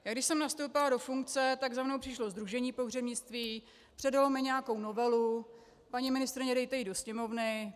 Když jsem nastoupila do funkce, tak za mnou přišlo Sdružení pohřebnictví, předalo mi nějakou novelu: Paní ministryně, dejte ji do Sněmovny.